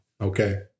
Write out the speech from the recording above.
Okay